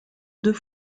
deux